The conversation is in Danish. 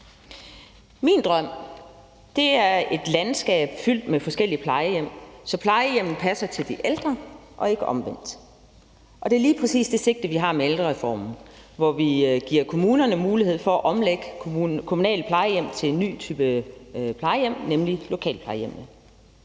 Min drøm er et landskab fyldt med forskellige plejehjem, så plejehjemmene passer til de ældre og ikke omvendt, og det er lige præcis det sigte, vi har med ældrereformen, hvor vi giver kommunerne mulighed for at omlægge kommunale plejehjem til en ny type plejehjem, nemlig lokalplejehjemmene.